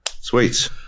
sweet